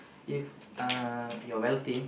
if um you are wealthy